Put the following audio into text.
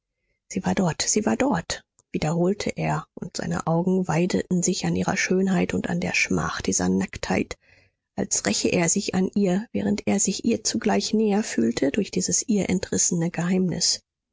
sie war dort sie war dort wiederholte er und seine augen weideten sich an ihrer schönheit und an der schmach dieser nacktheit als räche er sich an ihr während er sich ihr zugleich näher fühlte durch dieses ihr entrissene geheimnis